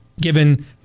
Given